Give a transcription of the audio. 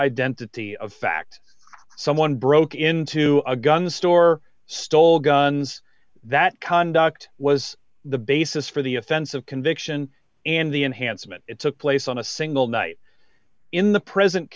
identity of fact someone broke into a gun store stole guns that conduct was the basis for the offense of conviction and the enhancement it took place on a single night in the present